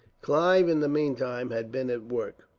clive, in the meantime, had been at work.